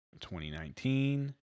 2019